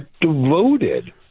devoted